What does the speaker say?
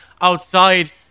outside